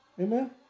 Amen